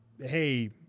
Hey